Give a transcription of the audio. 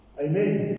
Amen